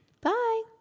Bye